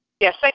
Yes